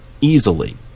easily